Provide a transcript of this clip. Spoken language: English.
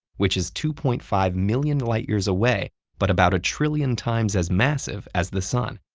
which is two point five million light years away but about a trillion times as massive as the sun.